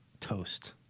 toast